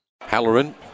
Halloran